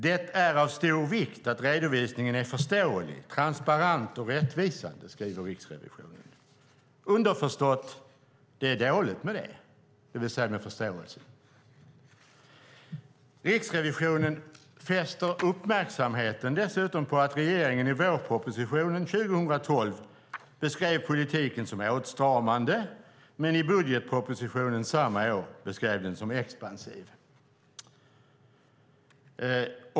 Det är av stor vikt att redovisningen är förståelig, transparent och rättvisande, skriver Riksrevisionen. Det är underförstått att det är dåligt med det, det vill säga med förståelsen. Riksrevisionen fäster dessutom uppmärksamheten på att regeringen i vårpropositionen 2012 beskrev politiken som åtstramande men i budgetpropositionen samma år beskrev den som expansiv.